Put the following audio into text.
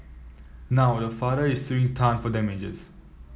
now the father is suing Tan for damages